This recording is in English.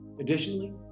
Additionally